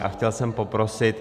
A chtěl jsem poprosit.